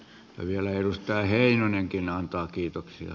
ja vielä edustaja heinonenkin antaa kiitoksia